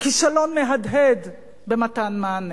כישלון מהדהד במתן מענה.